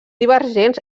divergents